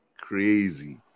crazy